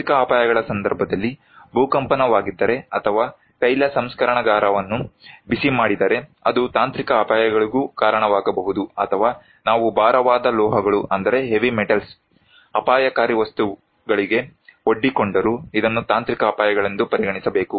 ತಾಂತ್ರಿಕ ಅಪಾಯಗಳ ಸಂದರ್ಭದಲ್ಲಿ ಭೂಕಂಪನವಾಗಿದ್ದರೆ ಅಥವಾ ತೈಲ ಸಂಸ್ಕರಣಾಗಾರವನ್ನು ಬಿಸಿಮಾಡಿದರೆ ಅದು ತಾಂತ್ರಿಕ ಅಪಾಯಗಳಿಗೂ ಕಾರಣವಾಗಬಹುದು ಅಥವಾ ನಾವು ಭಾರವಾದ ಲೋಹಗಳು ಅಪಾಯಕಾರಿ ವಸ್ತುಗಳಿಗೆ ಒಡ್ಡಿಕೊಂಡರೂ ಇದನ್ನು ತಾಂತ್ರಿಕ ಅಪಾಯಗಳೆಂದು ಪರಿಗಣಿಸಬೇಕು